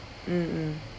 mm mm